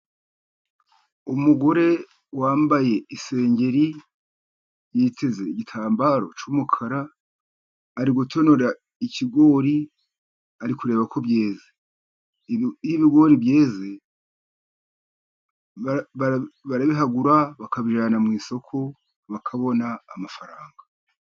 Umugore wambaye isengeri witeze igitambaro cy'umukara. Ari gutonora ikigori ari kureba ko byeze. Iyo ibigori byeze barabihagura bakabijyana mu isoko bakabona amafaranga.